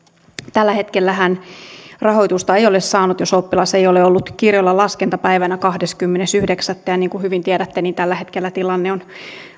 tällä hetkellähän rahoitusta ei ole saanut jos oppilas ei ole ollut kirjoilla laskentapäivänä kahdeskymmenes yhdeksättä ja niin kuin hyvin tiedätte tällä hetkellä tilanne on